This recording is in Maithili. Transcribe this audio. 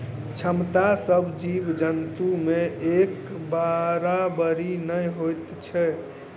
क्षमता सभ जीव जन्तु मे एक बराबरि नै होइत छै